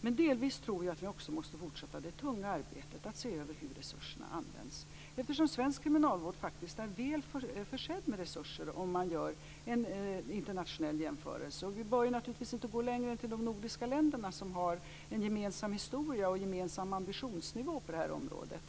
Men delvis tror jag att vi också måste fortsätta det tunga arbetet att se över hur resurserna används, eftersom svensk kriminalvård faktiskt är väl försedd med resurser om man gör en internationell jämförelse. Vi bör naturligtvis inte gå längre än de nordiska länderna, som har en gemensam historia och en gemensam ambitionsnivå på området.